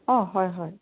অঁ হয় হয়